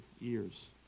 years